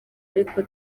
ariko